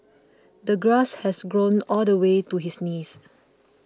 the grass had grown all the way to his knees